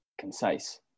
Concise